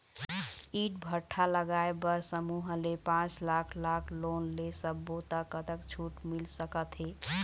ईंट भट्ठा लगाए बर समूह ले पांच लाख लाख़ लोन ले सब्बो ता कतक छूट मिल सका थे?